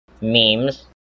memes